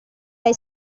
lei